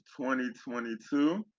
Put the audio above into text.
2022